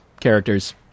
characters